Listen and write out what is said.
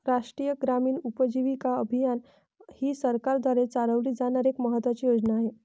राष्ट्रीय ग्रामीण उपजीविका अभियान ही सरकारद्वारे चालवली जाणारी एक महत्त्वाची योजना आहे